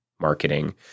Marketing